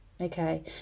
Okay